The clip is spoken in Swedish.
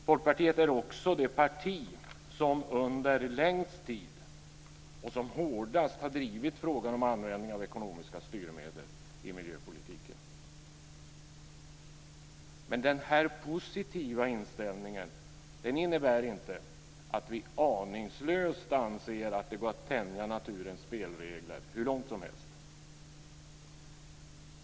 Folkpartiet är också det parti som under längst tid och hårdast har drivit frågan om användning av ekonomiska styrmedel i miljöpolitiken. Den positiva inställningen innebär inte att vi aningslöst anser att det går att tänja naturens spelregler hur långt som helst.